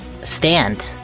Stand